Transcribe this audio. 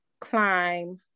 climb